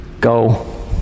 go